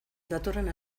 datorren